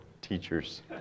teachers